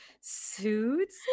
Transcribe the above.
suits